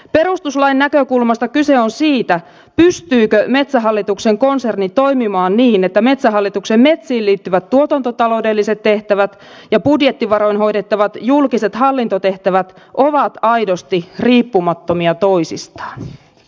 perustuslain näkökulmasta kyse on siitä pystyykö metsähallituksen konserni toimimaan niin että metsähallituksen metsiin liittyvät tuotantotaloudelliset tehtävät ja budjettivaroin hoidettavat julkiset hallintotehtävät ovat aidosti riippumattomia toisistaan